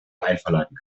einverleiben